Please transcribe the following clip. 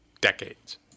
decades